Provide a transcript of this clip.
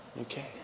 Okay